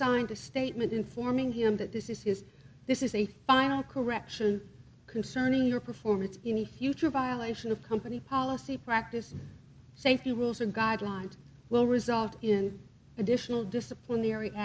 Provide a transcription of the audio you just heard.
signed a statement informing him that this is this is a final correction concerning your performance in the future violation of company policy practice safety rules and guidelines will result in additional disciplinary